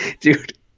dude